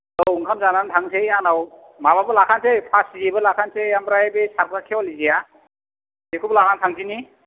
औ ओंखाम जानानै थांसै आंनाव माबाबो लाखानोसै फासिबो लाखानोसै ओमफ्राय बै सारग्रा खेवालि जेया बेखौबो लानानै थांदिनि